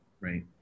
right